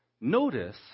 Notice